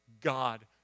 God